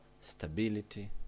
stability